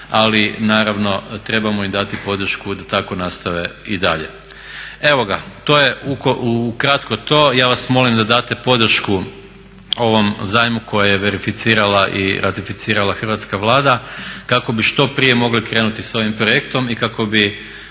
ali naravno trebamo im dati podršku da tako nastave i dalje. Evo ga, to je ukratko to, ja vas molim da date podršku ovom zajmu koje je verificirala i ratificirala hrvatska Vlada kako bi što prije mogli krenuti sa ovim projektom i kako bi